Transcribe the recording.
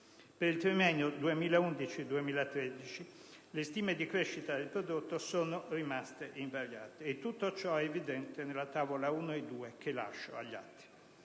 Per il triennio 2011-2013, le stime di crescita del prodotto sono rimaste invariate. Tutto ciò è evidente nelle Tavole nn. 1 e 2 che allegherò agli atti.